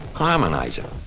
harmonizing,